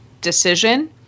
decision